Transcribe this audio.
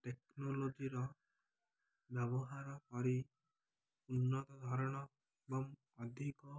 ଟେକ୍ନୋଲୋଜିର ବ୍ୟବହାର କରି ଉନ୍ନତ ଧରଣ ଏବଂ ଅଧିକ